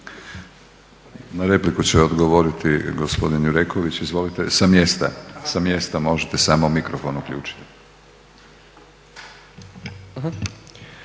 Na repliku će odgovoriti gospodin Jureković. Izvolite. Sa mjesta možete samo mikrofon uključite.